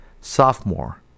sophomore